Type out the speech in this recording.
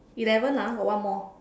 eleven lah got one more